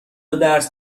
درس